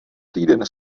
týden